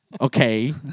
Okay